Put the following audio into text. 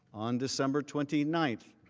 on december twenty nine,